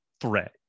threat